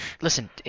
Listen